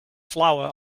flour